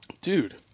Dude